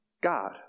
God